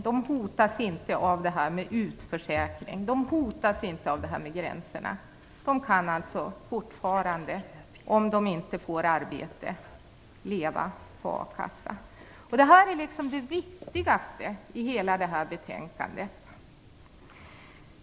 De hotas inte av utförsäkring eller gränser. De kan fortfarande, om de inte får arbete, leva på a-kassa. Denna fråga är den viktigaste i hela betänkandet.